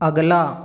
अगला